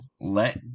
let